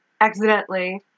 accidentally